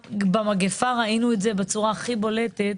במגיפה ראינו את זה בצורה הכי בולטת,